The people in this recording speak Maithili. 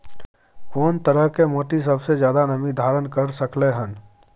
कोन तरह के माटी सबसे ज्यादा नमी धारण कर सकलय हन?